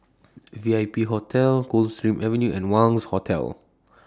V I P Hotel Coldstream Avenue and Wangz Hotel